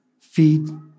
feed